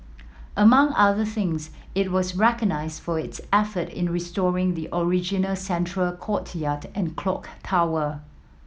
among other things it was recognised for its effort in restoring the original central courtyard and clock tower